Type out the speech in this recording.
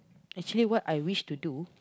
actually what I wish to do